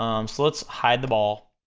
um so let's hide the ball,